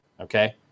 Okay